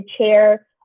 chair